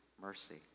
mercy